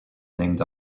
named